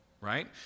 right